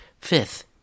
Fifth